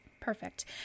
perfect